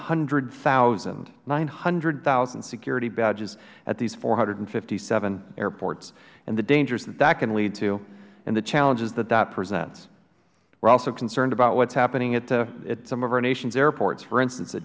more than nine hundred thousand security badges at these four hundred and fifty seven airports and the dangers that that can lead to and the challenges that that presents we're also concerned about what's happening at some of our nation's airports for instance